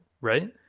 Right